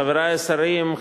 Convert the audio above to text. חברי השרים,